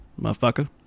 motherfucker